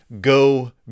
go